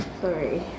Sorry